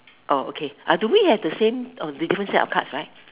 oh okay do we have the same of different sets of cards right